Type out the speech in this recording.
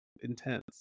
intense